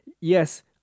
Yes